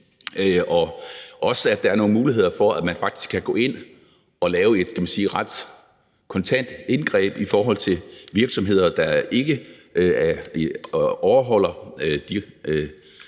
og at der også er nogle muligheder for faktisk at gå ind og lave, hvad skal man sige, et ret kontant indgreb i forhold til virksomheder, der ikke overholder de